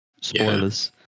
Spoilers